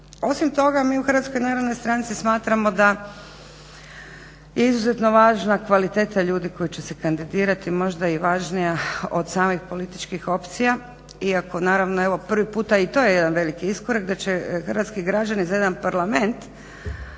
Osim toga mi u HNS smatramo da izuzetno važna kvaliteta ljudi koji će se kandidirati možda i važnija od samih političkih opcija iako naravno prvi puta i to je jedan veliki iskorak da će hrvatski građani za jedan parlament